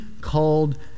called